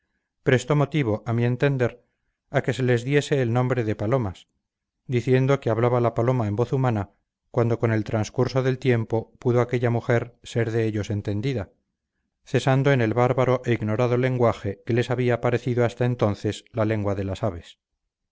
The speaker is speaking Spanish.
aves prestó motivo a mi entender a que se les diese el nombre de palomas diciendo que hablaba la paloma en voz humana cuando con el transcurso del tiempo pudo aquella mujer ser de ellos entendida cesando en el bárbaro e ignorado lenguaje que les había parecido hasta entonces la lengua de las aves